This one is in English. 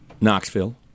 Knoxville